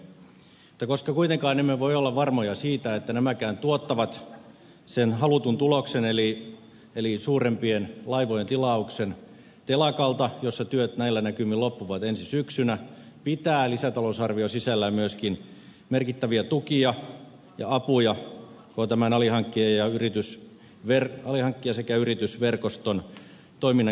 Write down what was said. mutta koska kuitenkaan emme voi olla varmoja siitä että nämäkään tuottavat sen halutun tuloksen eli uusien laivojen tilauksen telakalta jossa työt näillä näkymin loppuvat ensi syksynä pitää lisätalousarvio sisällään myöskin merkittäviä tukia ja apuja koko tämän alihankkija sekä yritysverkoston toiminnan kehittämiseen